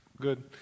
Good